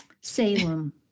Salem